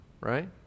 right